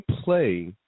play